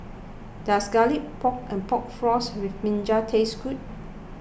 does Garlic Pork and Pork Floss with Brinjal taste good